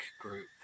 group